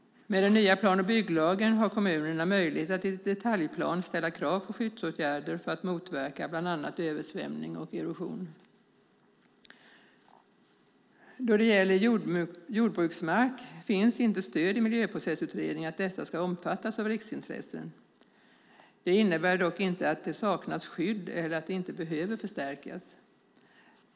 Med den nya plan och bygglagen har kommunerna möjlighet att i detaljplaner ställa krav på skyddsåtgärder för att motverka bland annat översvämning och erosion. Då det gäller jordbruksmark finns inte stöd i Miljöprocessutredningen för att denna ska omfattas av riksintresse. Det innebär dock inte att det saknas skydd eller att det inte behöver förstärkas.